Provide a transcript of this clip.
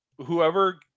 Whoever